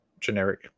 generic